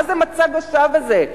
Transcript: מה זה מצג השווא הזה,